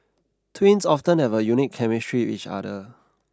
twins often have a unique chemistry with each other